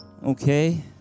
Okay